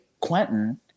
Quentin